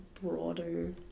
broader